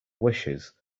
wishes